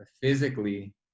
physically